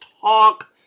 talk